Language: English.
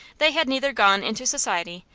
they had neither gone into society,